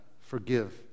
forgive